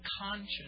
conscience